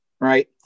right